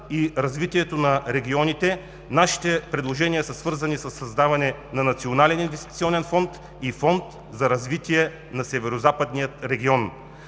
и развитието на регионите нашите предложения са свързани със създаването на национален инвестиционен фонд и фонд за развитие на Северозападния регион.